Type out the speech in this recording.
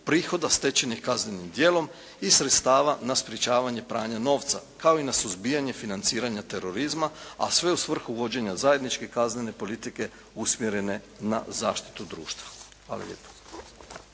prihoda stečenih kaznenim djelom i sredstava na sprječavanje pranja novca kao i na suzbijanje financiranja terorizma, a sve u svrhu vođenja zajedničke kaznene politike usmjerene na zaštitu društva. Hvala lijepo.